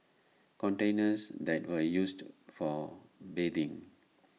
containers that were used for bathing